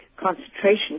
Concentration